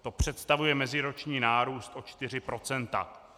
To představuje meziroční nárůst o 4 %.